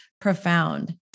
profound